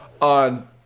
on